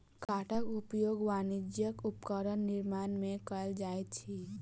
काठक उपयोग वाणिज्यक उपकरण निर्माण में कयल जाइत अछि